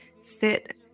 sit